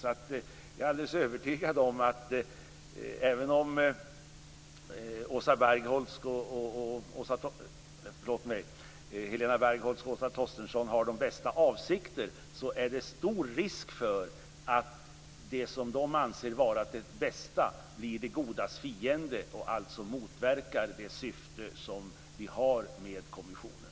Jag är alltså alldeles övertygad om att även om Helena Bargholtz och Åsa Torstensson har de bästa avsikter finns det stor risk för att det som de anser vara det bästa blir det godas fiende, och alltså motverkar det syfte som vi har med kommissionen.